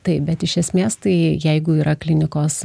taip bet iš esmės tai jeigu yra klinikos